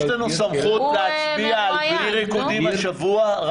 יש לנו סמכות להצביע על הפעלת האולמות ללא ריקודים במשך שבוע,